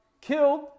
killed